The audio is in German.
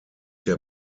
der